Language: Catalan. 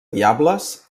diables